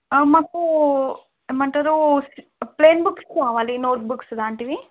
మాకు ఏమంటారు స్ ప్లైన్ బుక్స్ కావాలి నోట్బుక్స్ లాంటివి